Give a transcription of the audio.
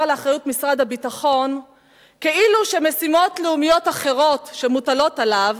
לאחריות משרד הביטחון כאילו משימות לאומיות אחרות שמוטלות עליו